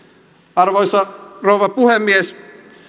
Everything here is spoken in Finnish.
arvoisa rouva puhemies